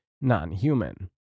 non-human